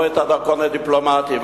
לא את הדרכון הדיפלומטי,